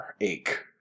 ache